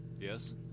Yes